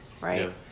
Right